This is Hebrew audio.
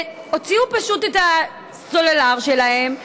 ופשוט הוציאו את הסלולר שלהם,